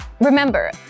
Remember